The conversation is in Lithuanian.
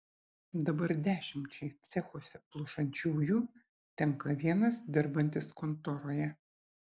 dabar dešimčiai cechuose plušančiųjų tenka vienas dirbantis kontoroje